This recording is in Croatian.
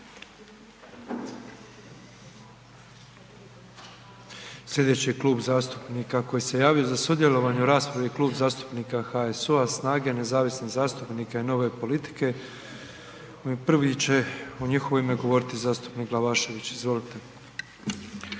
Slijedeći klub zastupnika koji se javio za sudjelovanje u raspravi je Klub zastupnika HSU-a, SNAGE, nezavisnih zastupnika i Nove politike i prvi će u njihovo ime govoriti zastupnik Glavašević. Izvolite.